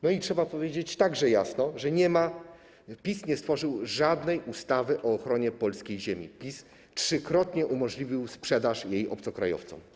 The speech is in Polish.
No i trzeba powiedzieć także jasno, że PiS nie stworzył żadnej ustawy o ochronie polskiej ziemi, PiS 3-krotnie umożliwił sprzedaż jej obcokrajowcom.